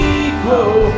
equal